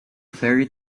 ferry